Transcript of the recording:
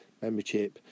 Membership